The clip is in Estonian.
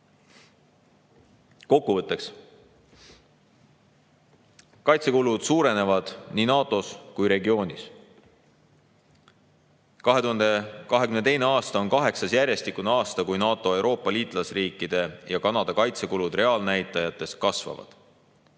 kulud. Kokkuvõtteks. Kaitsekulud suurenevad nii NATO-s kui ka regioonis. 2022. aasta on kaheksas järjestikune aasta, kui NATO, Euroopa liitlasriikide ja Kanada kaitsekulud reaalnäitajates kasvavad.